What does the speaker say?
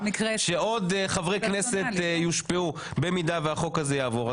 שעוד חברי כנסת יושפעו במידה והחוק הזה יעבור,